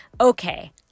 Okay